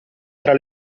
tra